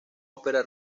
ópera